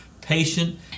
patient